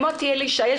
מוטי אלישע,